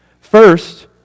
First